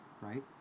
right